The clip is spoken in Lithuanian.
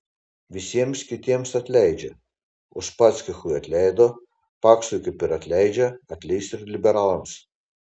visiems kitiems atleidžia uspaskichui atleido paksui kaip ir atleidžia atleis ir liberalams